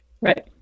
Right